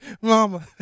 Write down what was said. mama